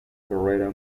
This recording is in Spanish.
carrera